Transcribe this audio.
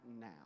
now